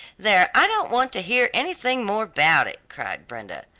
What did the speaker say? there, i don't want to hear anything more about it, cried brenda,